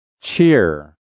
Cheer